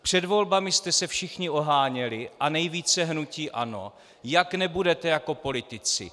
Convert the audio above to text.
Před volbami jste se všichni oháněli, a nejvíce hnutí ANO, jak nebudete jako politici.